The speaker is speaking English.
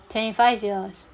twenty five years